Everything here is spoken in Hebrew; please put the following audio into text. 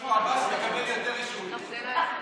שמנסור עבאס מקבל יותר אישורים ממך.